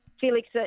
Felix